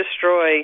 destroy